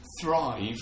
thrive